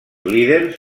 líders